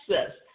access